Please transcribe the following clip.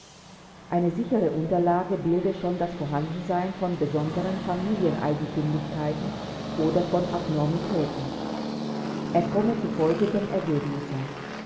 eine sichere unterlage bilde schon das vorhandensein von besonderen familieneigentümlichkeiten oder von abnormitäten er komme zu folgendem ergebnisse